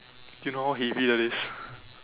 you know how heavy that is